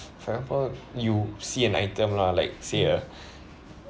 for example you see an item ah like say a